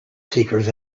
seekers